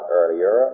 earlier